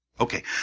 Okay